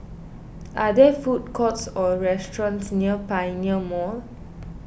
are there food courts or restaurants near Pioneer Mall